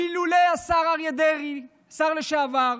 ואילולא השר דרעי, השר לשעבר,